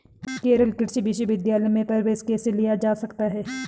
केरल कृषि विश्वविद्यालय में प्रवेश कैसे लिया जा सकता है?